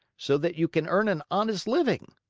so that you can earn an honest living?